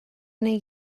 neu